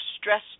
stress